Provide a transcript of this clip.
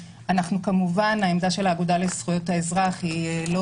כמובן שהעמדה של האגודה לזכויות אזרח היא לא